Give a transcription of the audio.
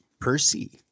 Percy